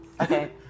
Okay